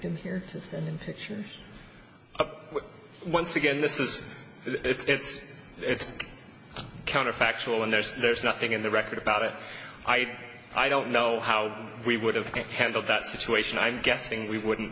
victim here to send in pictures once again this is it's it's counterfactual and there's there's nothing in the record about it i did i don't know how we would have handled that situation i'm guessing we wouldn't